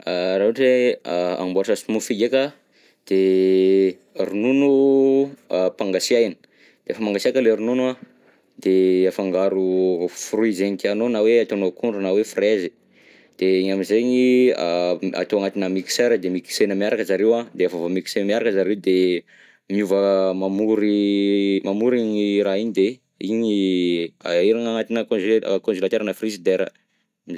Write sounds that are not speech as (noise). (hesitation) Raha ohatra hoe hamboatra smoothie ndraika, de (hesitation) ronono ampangasiahina, de efa mangasiaka le ronono an de (hesitation) afangaro fruit zegny tianao na hoe ataonao akondro na hoe frezy, de iny am'zegny atao agnatina mixeur, de mixena miaraka zareo an, de efa vao mixer miaraka zareo de (hesitation) miova mamory, (hesitation) mamory igny raha igny de igny aherina agnaty conze- congelateur na frizidera.